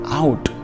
out